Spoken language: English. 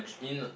ch~ in a